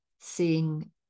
seeing